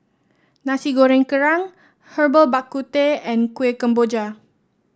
Nasi Goreng Kerang Herbal Bak Ku Teh and Kuih Kemboja